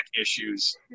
issues